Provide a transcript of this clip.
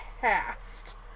past